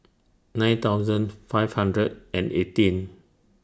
nine thousand five hundred and eighteen